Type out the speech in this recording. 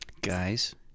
Guys